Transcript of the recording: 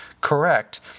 correct